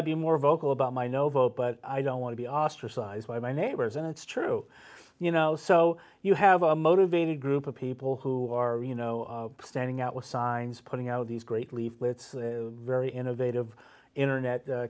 be more vocal about my no vote but i don't want to be ostracized by my neighbors and it's true you know so you have a motivated group of people who are you know standing out with signs putting out these great leave very innovative internet